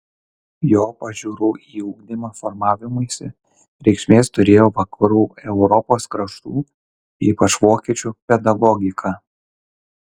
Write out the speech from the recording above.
jo pažiūrų į ugdymą formavimuisi reikšmės turėjo vakarų europos kraštų ypač vokiečių pedagogika